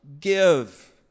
give